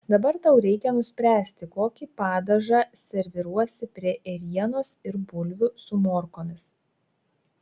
dabar tau reikia nuspręsti kokį padažą serviruosi prie ėrienos ir bulvių su morkomis